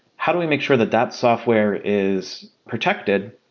how do we make sure that that software is protected?